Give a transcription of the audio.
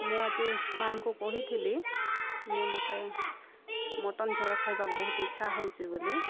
ମୁଁ ଆଜି ମା'ଙ୍କୁ କହିଥିଲି ଯେ ମତେ ମଟନ ଝୋଳ ଖାଇବାକୁ ବହୁତ ଇଚ୍ଛା ହେଉଛି ବୋଲି